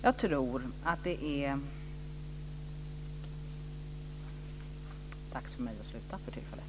Jag tror att det är dags för mig att sluta för tillfället.